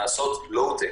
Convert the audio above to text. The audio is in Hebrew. נעשות לואו-טק,